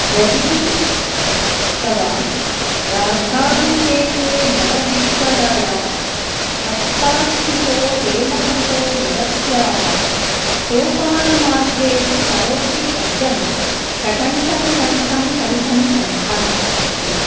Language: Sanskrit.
झटिति उक्तवान् राज्याभिषेके मदविह्वलया हस्ताच्युतो हेमघटो युवत्याः सोपानमार्गेषु करोति शब्दं ट टन् टन् टन् ठम् टन् ठम् टन् ठम् इति